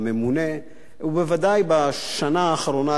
ובוודאי בשנה האחרונה לממשלת ישראל.